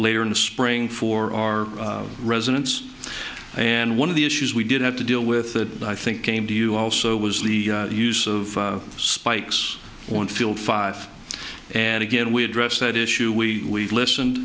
later in the spring for our residents and one of the issues we did have to deal with that i think came to you also was the use of spikes on field five and again we address that issue we listened